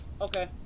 Okay